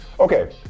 Okay